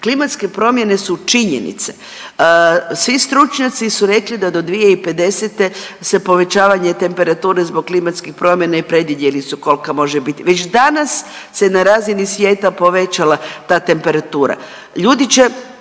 Klimatske promjene su činjenice, svi stručnjaci su rekli da do 2050. se povećavaju temperature zbog klimatskih promjena i predvidjeli su kolka može bit. Već danas se na razini svijeta povećala ta temperatura,